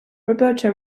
roberta